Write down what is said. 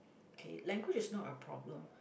okay language is not a problem